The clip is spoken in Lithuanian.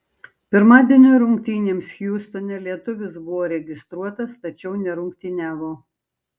pirmadienio rungtynėms hjustone lietuvis buvo registruotas tačiau nerungtyniavo